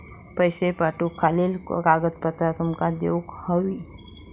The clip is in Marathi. पैशे पाठवुक खयली कागदपत्रा तुमका देऊक व्हयी?